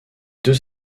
deux